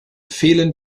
fehlen